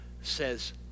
says